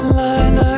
line